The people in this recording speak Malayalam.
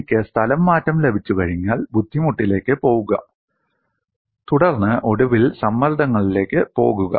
എനിക്ക് സ്ഥലംമാറ്റം ലഭിച്ചുകഴിഞ്ഞാൽ ബുദ്ധിമുട്ടിലേക്ക് പോകുക തുടർന്ന് ഒടുവിൽ സമ്മർദ്ദങ്ങളിലേക്ക് പോകുക